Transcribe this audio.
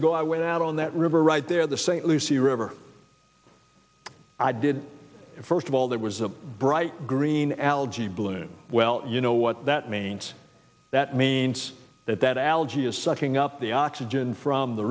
ago i went out on that river right there the st lucie river i did first of all there was a bright green algae bloom well you know what that means that means that that algae is sucking up the oxygen from the